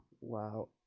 wow